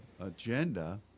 agenda